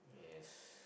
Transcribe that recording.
yes